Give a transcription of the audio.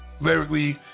lyrically